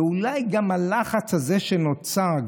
ואולי גם הלחץ הזה שנוצר,